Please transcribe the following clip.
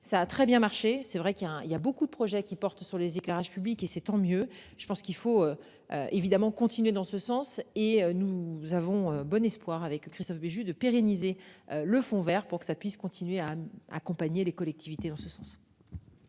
Ça a très bien marché, c'est vrai qu'il y a il y a beaucoup de projets qui portent sur les éclairages publics et c'est tant mieux. Je pense qu'il faut. Évidemment continuer dans ce sens et nous avons bon espoir avec Christophe Béchu de pérenniser le Fonds Vert pour que ça puisse continuer à accompagner les collectivités dans ce sens.